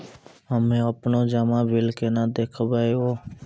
हम्मे आपनौ जमा बिल केना देखबैओ?